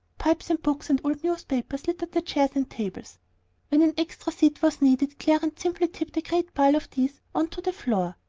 pipes and books and old newspapers littered the chairs and tables when an extra seat was needed clarence simply tipped a great pile of these on to the floor.